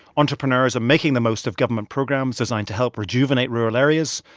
entrepreneurs are making the most of government programs designed to help rejuvenate rural areas.